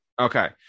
Okay